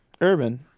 urban